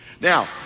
Now